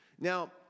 Now